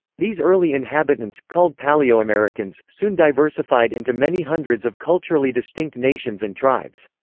these early inhabitants, called paleoamericans, soon diversified into many hundreds of culturally distinct nations and tribes.